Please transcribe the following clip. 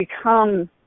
become